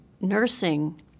nursing